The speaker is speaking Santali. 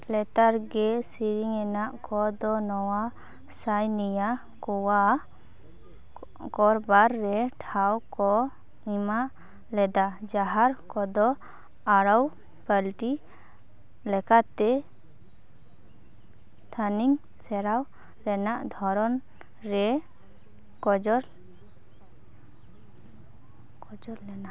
ᱱᱮᱛᱟᱨᱜᱮ ᱥᱮᱨᱮᱧ ᱨᱮᱱᱟᱜ ᱠᱚᱫᱚ ᱱᱚᱣᱟ ᱥᱟᱭᱱᱤᱭᱟ ᱠᱚᱣᱟᱜ ᱠᱚᱨᱵᱟᱨ ᱨᱮ ᱴᱷᱟᱶ ᱠᱚ ᱮᱢᱟ ᱞᱮᱫᱟ ᱡᱟᱦᱟᱸ ᱠᱚᱫᱚ ᱟᱨᱚ ᱯᱟᱹᱞᱴᱤ ᱞᱮᱠᱟᱛᱮ ᱛᱷᱟᱹᱱᱤᱛ ᱥᱮᱨᱟᱣ ᱨᱮᱱᱟᱜ ᱫᱷᱚᱨᱚᱱ ᱨᱮ ᱠᱚᱡᱚᱨ ᱠᱚᱡᱚᱨ ᱞᱮᱱᱟ